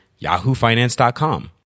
yahoofinance.com